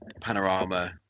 Panorama